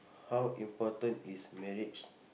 how important is marriage